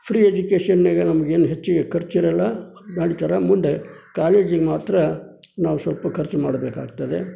free ಎಜುಕೇಶನ್ನಿನಾಗ ನಮ್ಗೇನು ಹೆಚ್ಚಿಗೆ ಖರ್ಚಿರೋಲ್ಲ ಕಾಲೇಜಿಗೆ ಮಾತ್ರ ನಾವು ಸ್ವಲ್ಪ ಖರ್ಚು ಮಾಡಬೇಕಾಗ್ತದೆ